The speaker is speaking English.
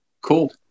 Cool